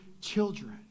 children